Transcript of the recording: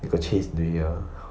I got chased into here